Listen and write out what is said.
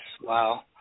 Wow